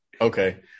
Okay